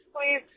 please